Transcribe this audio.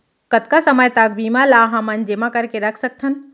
कतका समय तक बीज ला हमन जेमा करके रख सकथन?